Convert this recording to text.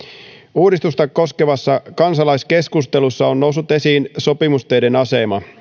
uudistusta koskevassa kansalaiskeskustelussa on noussut esiin sopimusteiden asema